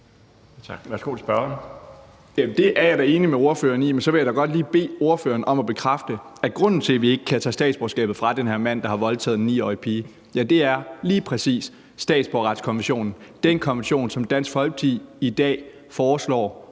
Det er jeg da enig med ordføreren i. Men så vil jeg godt lige bede ordføreren om at bekræfte, at grunden til, at vi ikke kan tage statsborgerskabet fra den her mand, der har voldtaget en 9-årig pige, lige præcis er statsborgerretskonventionen, altså den konvention, som Dansk Folkeparti i dag foreslår